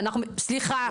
סליחה,